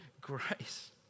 grace